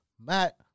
Matt